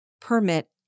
permit